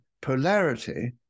polarity